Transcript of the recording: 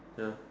ya